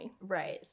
Right